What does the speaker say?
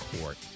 Court